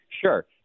sure